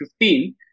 15